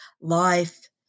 life